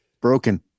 Broken